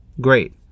great